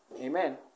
Amen